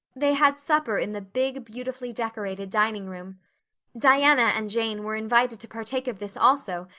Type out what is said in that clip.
they had supper in the big, beautifully decorated dining room diana and jane were invited to partake of this, also,